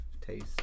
taste